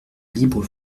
libre